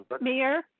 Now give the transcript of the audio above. Mayor